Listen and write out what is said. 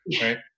right